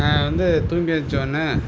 நான் வந்து தூங்கி எந்திரிச்சோன